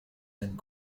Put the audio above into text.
and